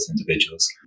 individuals